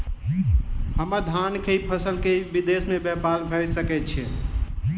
हम्मर धान केँ फसल केँ विदेश मे ब्यपार भऽ सकै छै?